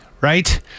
right